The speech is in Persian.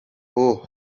اوه